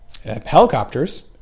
Helicopters